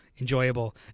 enjoyable